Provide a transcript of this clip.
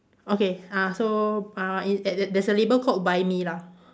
okay ah so uh it at there there's a label called buy me lah